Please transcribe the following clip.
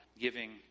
giving